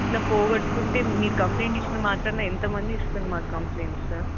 ఇట్లా పోగొట్టుకుంటే మీ కంప్లయింట్ ఇచ్చిన మాత్రమే ఎంతమంది ఇస్తారు మాకు కంప్లయింట్స్